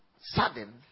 Sudden